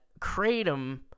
kratom